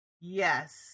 Yes